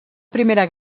primera